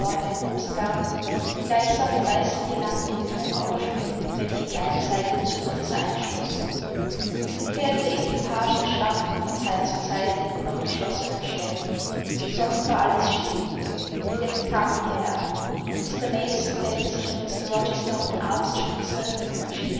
im obstgarten die gleichsam mit weißen guirlanden jene mauer schmückten welche die eine seite des hofes erschlossen die pferde der equipagen stampften von zeit zu zeit in den noch geschlossenen ställen sonst war alles still jetzt kamen die herren mr mason welcher sich auf mr rochester und den arzt stützte